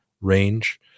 range